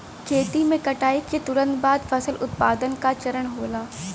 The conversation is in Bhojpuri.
खेती में कटाई के तुरंत बाद फसल उत्पादन का चरण होला